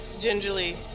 gingerly